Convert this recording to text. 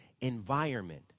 environment